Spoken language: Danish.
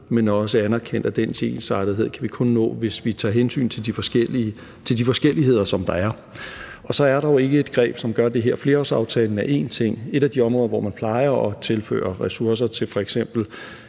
må anerkende, at den ensartethed kan vi kun nå, hvis vi tager hensyn til de forskelligheder, som der er. Og så er der jo ikke ét greb, som gør det. Flerårsaftalen er én ting, noget andet er de områder, som man plejer at tilføre ressourcer, f.eks.